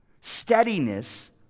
Steadiness